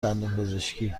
دندونپزشکی